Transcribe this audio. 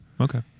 okay